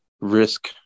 risk –